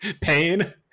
pain